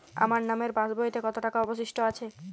আমার নামের পাসবইতে কত টাকা অবশিষ্ট আছে?